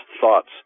thoughts